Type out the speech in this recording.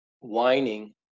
whining